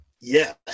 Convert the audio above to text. yes